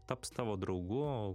taps tavo draugu